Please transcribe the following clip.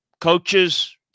coaches